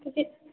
کیونکہ